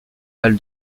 mal